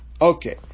Okay